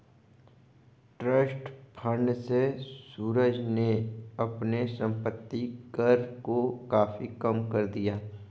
trust fund से सूरज ने अपने संपत्ति कर को काफी कम कर दिया